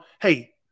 hey